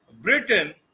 britain